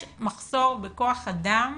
יש מחסור בכח אדם